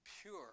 pure